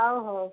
ହଉ ହଉ